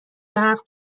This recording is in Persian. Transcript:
برف